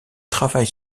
travaille